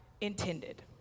intended